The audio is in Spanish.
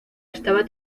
estaba